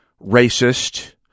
racist